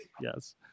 Yes